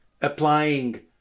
applying